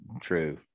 true